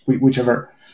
whichever